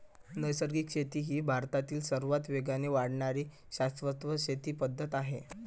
नैसर्गिक शेती ही भारतातील सर्वात वेगाने वाढणारी शाश्वत शेती पद्धत आहे